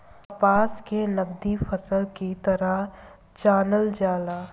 कपास के नगदी फसल के तरह जानल जाला